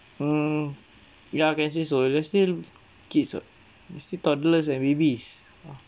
mm ya you can say so they're still kids [what] still toddlers and babies